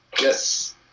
yes